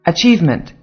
Achievement